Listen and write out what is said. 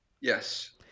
yes